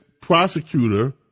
prosecutor